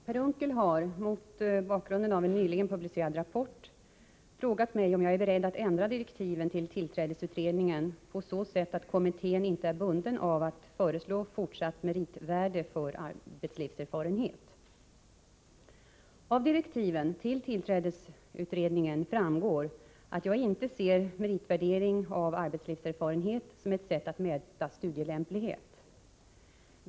Herr talman! Per Unckel har — mot bakgrund av en nyligen publicerad rapport — frågat mig om jag är beredd att ändra direktiven till tillträdesutredningen på så sätt att kommittén inte är bunden av att föreslå fortsatt meritvärde för arbetslivserfarenhet. Av direktiven till tillträdesutredningen framgår att jag inte ser meritvärdering av arbetslivserfarenhet som ett sätt att mäta studielämplighet.